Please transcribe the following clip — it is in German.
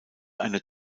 einer